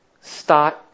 start